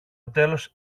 τέλος